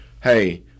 hey